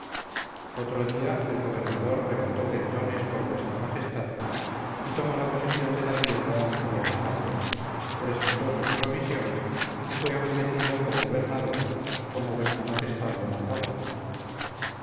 otro día el gobernador levantó pendones por vuestra majestad y tomó la posesión de la tierra en su real nombre presentó sus provisiones y fue obedecido por gobernador como vuestra majestad lo mandaba